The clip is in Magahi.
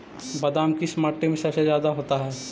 बादाम किस माटी में सबसे ज्यादा होता है?